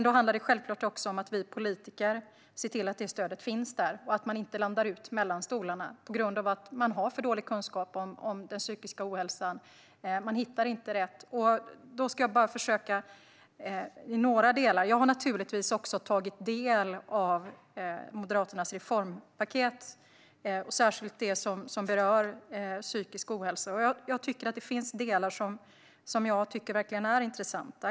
Då handlar det självklart också om att vi politiker ser till att det stödet finns där så att man inte hamnar mellan stolarna på grund av att det finns för dålig kunskap om den psykiska ohälsan och man inte hittar rätt. Jag har naturligtvis också tagit del av Moderaternas reformpaket, särskilt det som berör psykisk ohälsa. Jag tycker att det finns delar som verkligen är intressanta.